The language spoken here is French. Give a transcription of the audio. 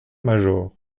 major